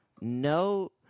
no